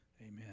amen